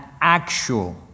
actual